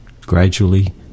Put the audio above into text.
gradually